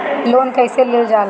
Loan कईसे लेल जाला?